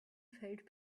felt